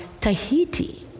Tahiti